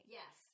yes